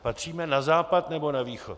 Patříme na Západ, nebo na Východ?